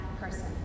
person